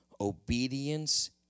obedience